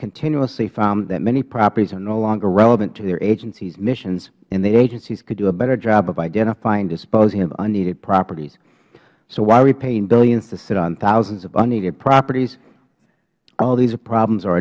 continuously found that many properties are no longer relevant to their agencies missions and their agencies could do a better job of identifying and disposing of unneeded properties so why are we paying billions to sit on thousands of unneeded properties all these problems